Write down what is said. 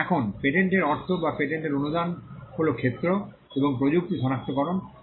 এখন পেটেন্টের অর্থ বা পেটেন্টের অনুদান হল ক্ষেত্র এবং প্রযুক্তি সনাক্তকরণ এবং আরও কাজ করা হতে পারে